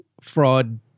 fraud